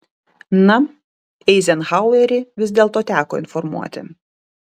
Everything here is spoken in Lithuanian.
na eizenhauerį vis dėlto teko informuoti